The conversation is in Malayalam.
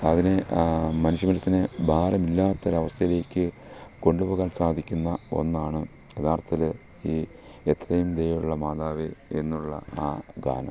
അതിനെ മനുഷ്യ മനസ്സിനെ ഭാരമില്ലാത്തൊരവസ്ഥയിലേക്ക് കൊണ്ട് പോകാൻ സാധിക്കുന്ന ഒന്നാണ് യാഥാർത്ഥത്തിൽ ഈ എത്രയും ദയയുള്ള മാതാവേ എന്ന ആ ഗാനം